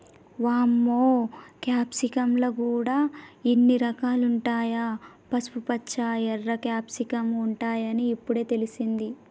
వామ్మో క్యాప్సికమ్ ల గూడా ఇన్ని రకాలుంటాయా, పసుపుపచ్చ, ఎర్ర క్యాప్సికమ్ ఉంటాయని ఇప్పుడే తెలిసింది